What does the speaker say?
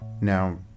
Now